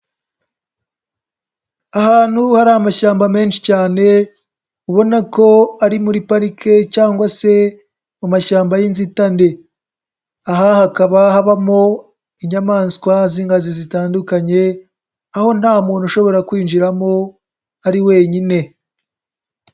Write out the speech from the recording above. Ahantu hari amashyamba menshi cyane ubona ko ari muri parike cyangwa se amashyamba y'inzitane, aha hakaba habamo inyamaswa z'inkazi zitandukanye, aho nta muntu ushobora kwinjiramo ari wenyine.